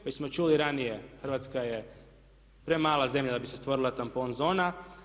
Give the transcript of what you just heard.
Već smo čuli ranije Hrvatska je premala zemlja da bi se stvorila tampon zona.